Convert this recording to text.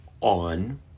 on